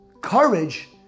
courage